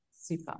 Super